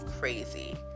crazy